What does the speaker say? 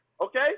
Okay